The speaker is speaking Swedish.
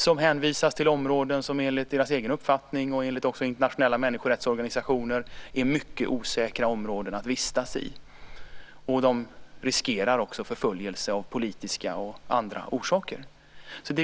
De hänvisas till områden som enligt deras egen uppfattning och också enligt internationella människorättsorganisationer är mycket osäkra områden att vistas i. De riskerar också förföljelse av politiska och andra orsaker.